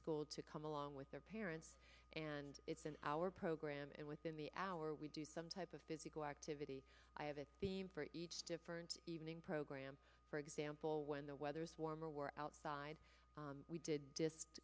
school to come along with their parents and it's an hour program and within the hour we do some type of physical activity i have it being for each different evening program for example when the weather is warm or we're outside we did just